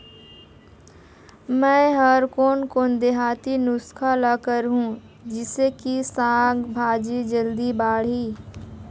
मै हर कोन कोन देहाती नुस्खा ल करहूं? जिसे कि साक भाजी जल्दी बाड़ही?